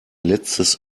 letztes